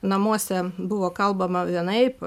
namuose buvo kalbama vienaip